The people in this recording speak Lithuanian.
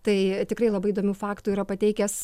tai tikrai labai įdomių faktų yra pateikęs